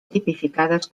tipificades